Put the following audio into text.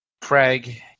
Craig